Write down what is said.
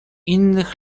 innych